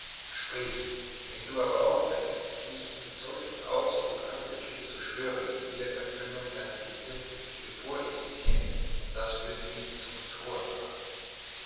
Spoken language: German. sprich wenn du aber aufblickst und mich mit solchem ausdruck anlächelst so schwöre ich dir erfüllung deiner bitte bevor ich sie kenne und das würde mich zum thoren machen